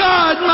God